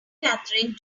catherine